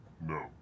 no